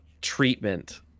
treatment